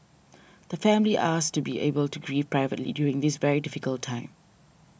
the family asks to be able to grieve privately during this very difficult time